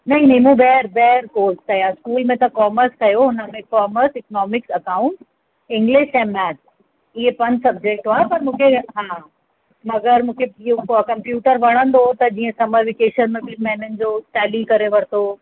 नई नई मूं ॿाहिरि ॿाहिरि कोर्स कया हूअं ई मतिलब कॉमर्स कयो हुनमें कॉमर्स एक्नॉमिक्स अकाउंट इंग्लिश ऐं मैथ हीअ पंज सब्जेक्ट हुआ पर मूंखे हा मगरि मूंखे इहो कंप्यूटर वणंदो हो त जीअं समर वेकेशन में बी महीननि जो टेली करे वरितो